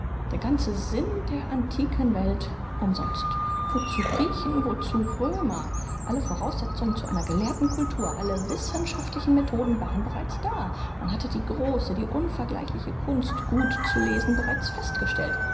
der ganze sinn der antiken welt umsonst wozu griechen wozu römer alle voraussetzungen zu einer gelehrten cultur alle wissenschaftlichen methoden waren bereits da man hatte die große die unvergleichliche kunst gut zu lesen bereits festgestellt